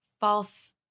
false